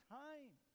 time